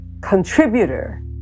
contributor